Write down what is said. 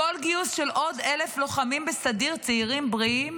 כל גיוס של עוד 1,000 לוחמים בסדיר, צעירים בריאים